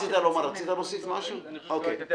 הרחבה